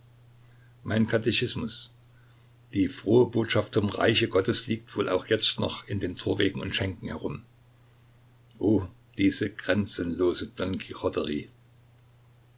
mein katechismus die frohe botschaft vom reiche gottes liegt wohl auch jetzt noch in den torwegen und schenken herum oh die grenzenlose